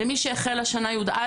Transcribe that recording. למי שהחל השנה י"א,